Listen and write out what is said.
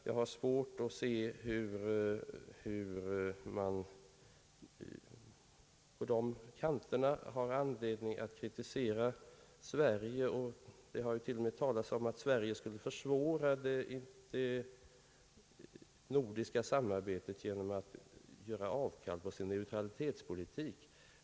Jag har svårt att se att man där har anledning att kritisera Sverige, och det har t.o.m. talats om att Sverige skulle försvåra det nordiska samarbetet genom att göra avkall på sin neutralitetspolitik.